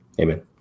Amen